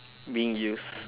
being used